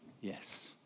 Yes